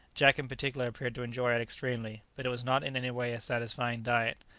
jack in particular appeared to enjoy it extremely, but it was not in any way a satisfying diet.